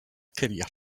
career